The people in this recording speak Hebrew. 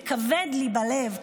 וכבד לי בלב,